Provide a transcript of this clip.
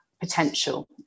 potential